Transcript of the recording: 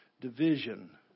Division